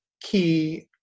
key